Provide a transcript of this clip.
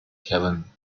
having